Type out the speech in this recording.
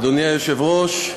אדוני היושב-ראש,